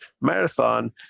marathon